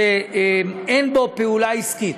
שאין בו פעולה עסקית.